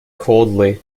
coldly